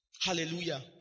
hallelujah